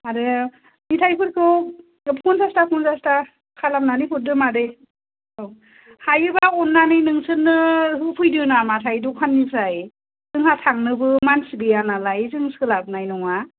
आरो मिथायफोरखौ पन्सासता पन्सासता खालामनानै हरदो मादै औ हायोबा अननानै नोंसोरनो होफैदो नामाथाय दखाननिफ्राय जोंहा थांनोबो मानसि गैया नालाय जों सोलाबनाय नङा